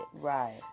Right